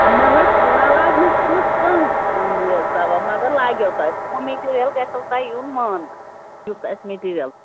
نہ حظ لالا جی وُچھ نہٕ کانٛہہ یہِ ثواب مَگر لَگوٕ تۄہہِ سون مِٹیٖریَل گژھِو تۄہہِ یُن ماننہٕ یُس اَسہِ میٹیٖریَل